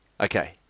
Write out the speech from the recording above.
Okay